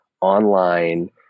online